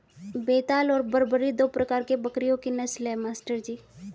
बेताल और बरबरी दो प्रकार के बकरियों की नस्ल है मास्टर जी